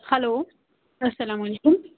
hello السّلام علیکم